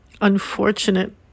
unfortunate